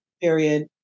Period